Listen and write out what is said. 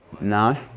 no